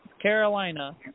Carolina